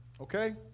Okay